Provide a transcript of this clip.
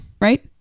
Right